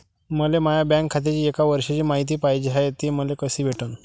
मले माया बँक खात्याची एक वर्षाची मायती पाहिजे हाय, ते मले कसी भेटनं?